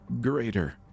greater